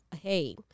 hey